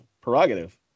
prerogative